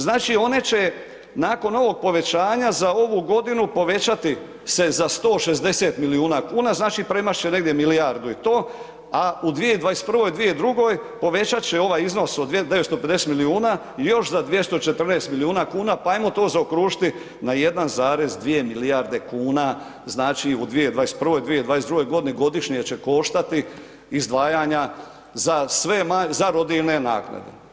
Znači one će nakon ovog povećanja za ovu godinu povećati se za 160 milijuna kuna, znači premašit će negdje milijardu i to, a u 2021., 2022. povećat će ovaj iznos od 950 milijuna još za 214 milijuna kuna pa ajmo to zaokružiti na 1,2 milijarde kuna u 2021., 2022. godini godišnje će koštati izdvajanja za sve rodiljne naknade.